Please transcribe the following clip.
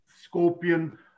scorpion